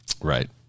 Right